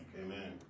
Amen